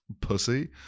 pussy